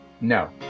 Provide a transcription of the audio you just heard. No